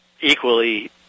equally